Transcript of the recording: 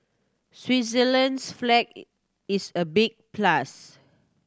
Switzerland's flag is a big plus